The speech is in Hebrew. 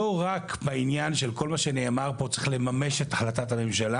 לא רק בעניין של כל מה שנאמר פה צריך לממש את החלטת הממשלה,